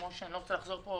אני לא רוצה לחזור פה